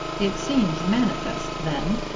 it seems manifest, then,